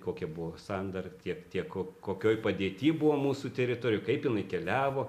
kokia buvo sandara tiek tiek ko kokioj padėty buvo mūsų teritorija kaip jinai keliavo